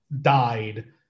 died